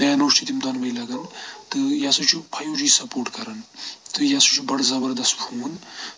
Nano چھِ تِم دۄنوٕے لگان تہٕ یہِ ہَسا چھُ فایو جی سَپوٹ کَران تہٕ یہِ ہَسا چھُ بَڑٕ زَبردست فون